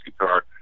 guitar